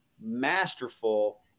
masterful